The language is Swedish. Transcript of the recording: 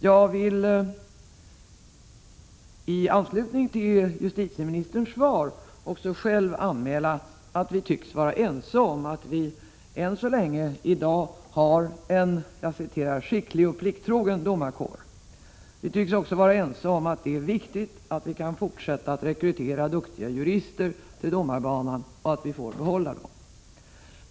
Jag vill då i anslutning till justitieministerns svar också själv anmäla att vi tycks vara ense om att vi än så länge har en skicklig och plikttrogen domarkår. Vi tycks också vara ense om att det ”är viktigt att vi kan fortsätta att rekrytera duktiga jurister till domarbanan och att vi får behålla dem”.